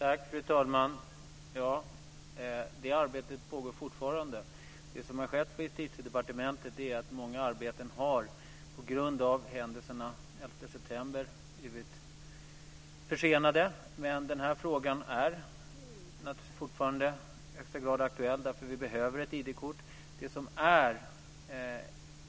Fru talman! Det arbetet pågår fortfarande. Många arbeten på Justitiedepartementet har blivit försenade på grund av händelserna den 11 september. Den här frågan är fortfarande i högsta grad aktuell. Vi behöver ett ID-kort.